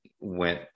went